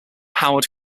howard